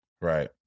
Right